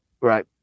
Right